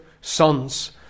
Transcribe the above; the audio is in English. sons